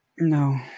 No